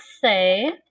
say